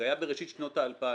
זה היה בראשית שנות האלפיים.